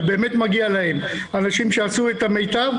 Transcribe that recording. ובאמת מגיע לאנשים שעשו את המיטב,